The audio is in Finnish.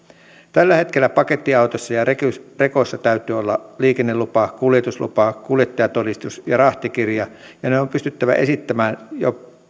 tällä hetkellä pakettiautoissa ja rekoissa rekoissa täytyy olla liikennelupa kuljetuslupa kuljettajatodistus ja rahtikirja ja ne on pystyttävä esittämään